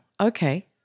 Okay